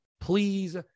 please